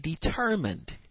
determined